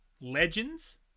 Legends